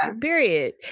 Period